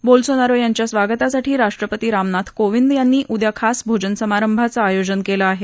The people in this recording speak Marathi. बोल्सोनारो यांच्या स्वागतासाठी राष्ट्रपती रामनाथ कोविंद यांनी उद्या खास भोजन समारंभाचं आयोजन केल आहे